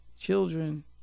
children